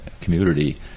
community